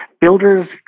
builders